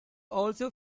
also